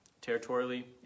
Territorially